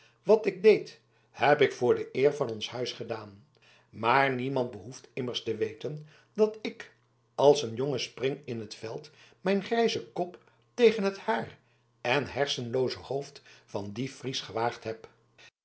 wat ik deed heb ik voor de eer van ons huis gedaan maar niemand behoeft immers te weten dat ik als een jonge spring in t veld mijn grijzen kop tegen het haar en hersenlooze hoofd van dien fries gewaagd heb